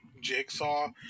Jigsaw